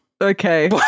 Okay